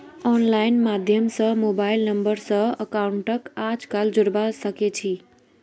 online माध्यम स mobile number स अकाउंटक आजकल जोडवा सके छी